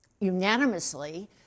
unanimously